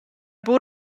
buca